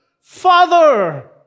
Father